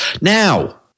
Now